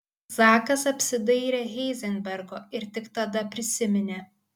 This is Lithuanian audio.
zakas apsidairė heizenbergo ir tik tada prisiminė